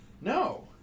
no